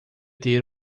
ter